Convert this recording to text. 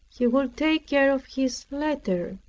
he would take care of his letter.